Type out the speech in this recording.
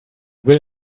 will